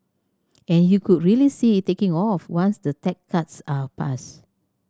and you could really see it taking off once the tax cuts are passed